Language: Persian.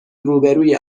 روبهروی